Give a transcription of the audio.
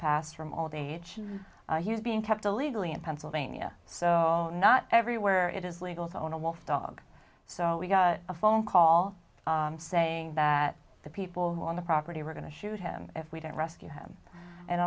passed from all the age he's being kept illegally in pennsylvania so not every where it is legal to own a wolf dog so we got a phone call saying that the people on the property were going to shoot him if we didn't rescue him and